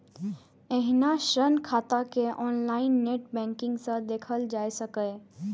एहिना ऋण खाता कें ऑनलाइन नेट बैंकिंग सं देखल जा सकैए